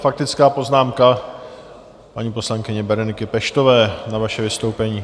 Faktická poznámka paní poslankyně Bereniky Peštové na vaše vystoupení.